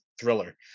thriller